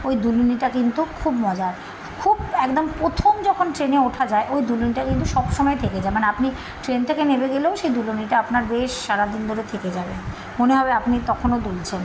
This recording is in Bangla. ওই দুলুনিটা কিন্তু খুব মজার খুব একদম প্রথম যখন ট্রেনে ওঠা যায় ওই দুলুনিটা কিন্তু সব সময় থেকে যায় মানে আপনি ট্রেন থেকে নেমে গেলেও সেই দুলুনিটা আপনার বেশ সারাদিন ধরে থেকে যাবে মনে হবে আপনি তখনও দুলছেন